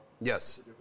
Yes